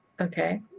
okay